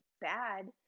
bad